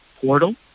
portal